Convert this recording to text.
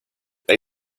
they